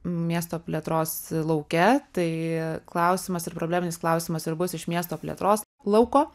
miesto plėtros lauke tai klausimas ir probleminis klausimas ir bus iš miesto plėtros lauko